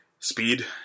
speed